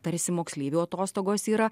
tarsi moksleivių atostogos yra